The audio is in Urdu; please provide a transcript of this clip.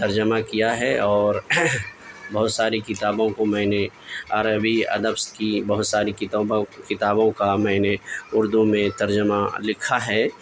ترجمہ کیا ہے اور بہت ساری کتابوں کو میں نے عربی ادب کی بہت ساری کتابوں کا میں نے اردو میں تر جمہ لکھا ہے